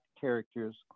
characters